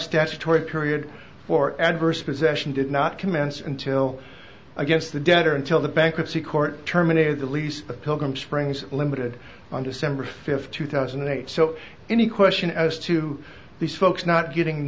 statutory period for adverse possession did not commence until against the debtor until the bankruptcy court terminated the lease the pilgrim springs limited on december fifth two thousand and eight so any question as to these folks not getting